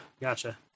gotcha